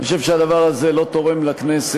אני חושב שהדבר הזה לא תורם לכנסת.